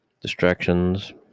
Distractions